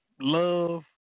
love